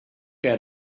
out